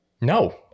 No